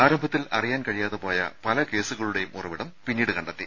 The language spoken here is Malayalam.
ആരംഭത്തിൽ അറിയാൻ കഴിയാതെ പോയ പല കേസുകളുടെയും ഉറവിടം പിന്നീട് കണ്ടെത്തി